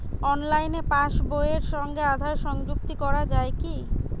অনলাইনে পাশ বইয়ের সঙ্গে আধার সংযুক্তি করা যায় কি?